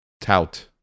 Tout